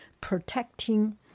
protecting